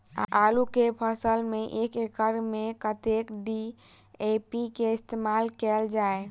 आलु केँ फसल मे एक एकड़ मे कतेक डी.ए.पी केँ इस्तेमाल कैल जाए?